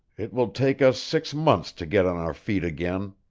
it will take us six months to get on our feet again.